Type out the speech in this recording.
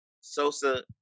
Sosa